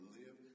live